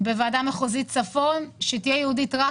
בוועדה המחוזית צפון שתהיה ייחודית רק